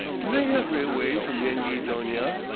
do they have railways in yenghi donia?